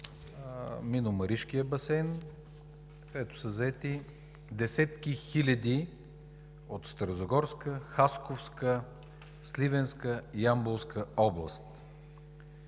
Мини „Маришки басейн“, където се заети десетки хиляди от Старозагорска, Хасковска, Сливенска и Ямболска област.